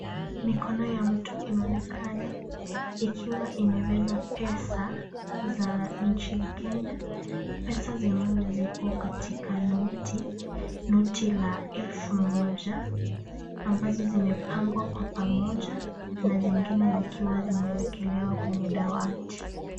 Mikono ya mtu inaonekana ikiwa imebeba pesa za nchi ya Kenya. Pesa zenyewe ziko katika noti. Noti la elfu moja ambazo zimepangwa kwa pamoja na zingine zikiwa zimewekelewa kwenye dawati.